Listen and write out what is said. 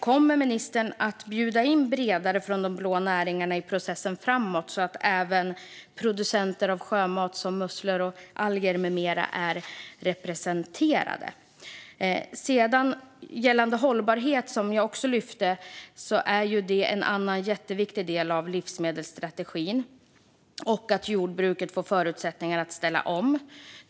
Kommer ministern att i processen framåt bjuda in bredare från de blå näringarna, så att även producenter av sjömat som musslor, alger med mera är representerade? Hållbarhet, som jag också lyfte, är en annan jätteviktig del av livsmedelsstrategin. Jordbruket behöver få förutsättningar att ställa om.